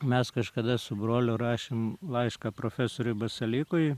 mes kažkada su broliu rašėm laišką profesoriui basalykui